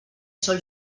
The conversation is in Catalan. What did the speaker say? sol